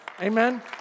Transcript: Amen